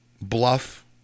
bluff